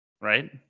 right